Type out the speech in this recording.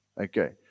okay